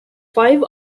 five